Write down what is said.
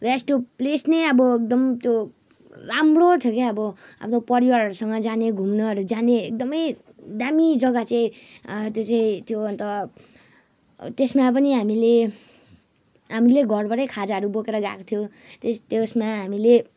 र यस्तो प्लेस नै अब एकदम त्यो राम्रो थियो क्या अब अब परिवारहरूसँग जाने घुम्नहरू जाने एकदमै दामी जग्गा चाहिँ त्यो चाहिँ त्यो अन्त त्यसमा पनि हामीले हामीले घरबाटै खाजाहरू बोकेर गएको थियौँ त्यो त्यसमा हामीले